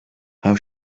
how